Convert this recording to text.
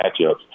matchups